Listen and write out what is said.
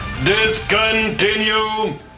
DISCONTINUE